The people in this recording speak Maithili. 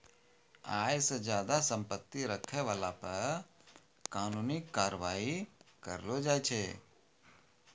आय से ज्यादा संपत्ति रखै बाला पे कानूनी कारबाइ करलो जाय छै